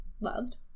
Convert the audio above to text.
Loved